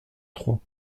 trois